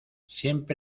siempre